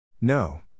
No